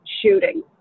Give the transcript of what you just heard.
shooting